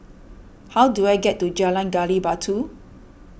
how do I get to Jalan Gali Batu